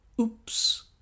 Oops